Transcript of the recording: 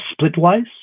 Splitwise